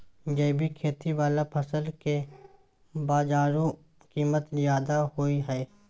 जैविक खेती वाला फसल के बाजारू कीमत ज्यादा होय हय